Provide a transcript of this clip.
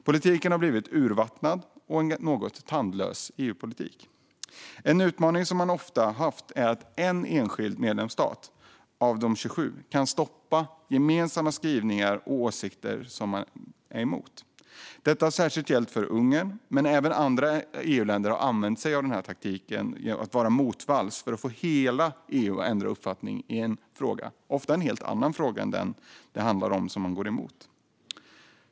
Politiken har blivit urvattnad och en något tandlös EU-politik. En utmaning man ofta har haft är att en enskild medlemsstat av de 27 kan stoppa gemensamma skrivningar och åsikter man är emot. Detta har särskilt gällt för Ungern, men även andra EU-länder har använt sig av taktiken att vara motvalls för att få hela EU att ändra uppfattning i en fråga - ofta i en helt annan fråga än den man går emot.